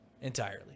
entirely